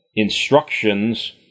instructions